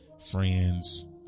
friends